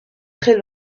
très